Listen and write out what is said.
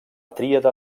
tríada